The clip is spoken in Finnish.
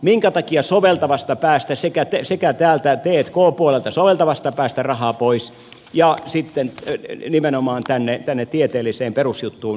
minkä takia täältä t k puolelta soveltavasta päästä rahaa pois ja sitten nimenomaan tänne tieteelliseen perusjuttuun paljon rahaa